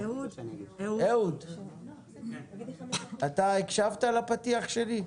אהוד, אתה הקשבת לפתיח שלי?